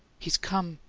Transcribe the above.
he's come!